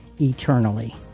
eternally